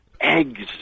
eggs